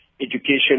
education